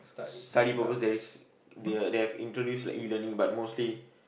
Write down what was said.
study purpose there is they have introduced like E-learning but mostly